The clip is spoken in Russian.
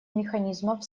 механизмов